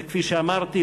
כפי שאמרתי,